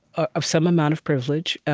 ah of some amount of privilege,